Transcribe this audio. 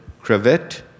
cravette